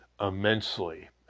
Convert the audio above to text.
immensely